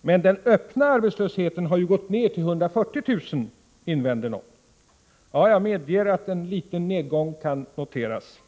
Men den öppna arbetslösheten har ju gått ned till 140 000, invänder någon. Ja, jag medger att en liten nedgång kan noteras.